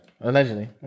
allegedly